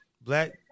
black